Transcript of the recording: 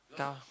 town